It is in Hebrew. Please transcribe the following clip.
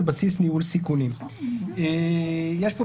על בסיס ניהול סיכונים; בסעיף הזה יש גם